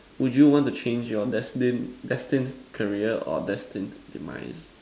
would you want to want to change your destined destined career or your destined demise